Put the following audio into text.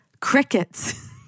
Crickets